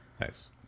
Nice